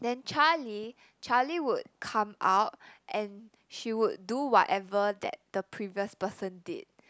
then Charlie Charlie would come out and she would do whatever that the previous person did